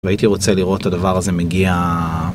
והייתי רוצה לראות את הדבר הזה מגיע.